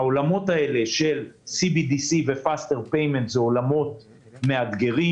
העולמות האלה של CBDC ו-Faster payment הם עולמות מאתגרים,